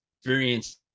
experience